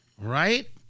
right